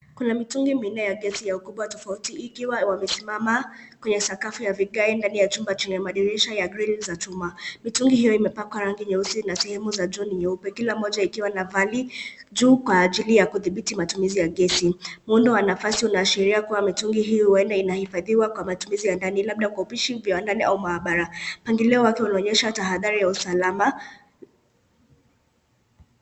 Kuna mitungi minne ya gesi ya ukubwa tofauti ikiwa wamesimama kwenye sakafu ya vigae ndani ya chumba chenye madirisha ya (cs) grill (cs) za chuma . Mitungi hiyo imepakwa rangi nyeusi na sehemu za juu ni nyeupe , kila moja ikiwa na pahali juu kudhibiti mayumizi ya gesi . Muundo wa nafasi unaashiria kuwa mitungi hiyo huenda inahifadhiwa kwa matumizi ya ndani labda kwa upishi viwandani au maabara . Mpangilio wake unaonyesha tahadhari ya usalama .